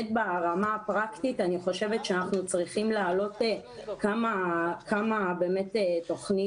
ברמה הפרקטית אני חושבת שאנחנו צריכים להעלות כמה תוכניות.